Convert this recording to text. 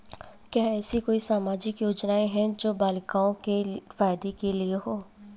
क्या ऐसी कोई सामाजिक योजनाएँ हैं जो बालिकाओं के फ़ायदे के लिए हों?